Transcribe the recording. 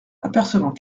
apercevant